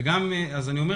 אני אומר